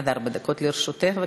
עד ארבע דקות לרשותך.